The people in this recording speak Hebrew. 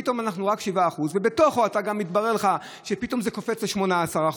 פתאום אנחנו רק 7% ובתוכה מתברר לך שפתאום זה קופץ ל-18%.